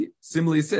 similarly